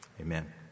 Amen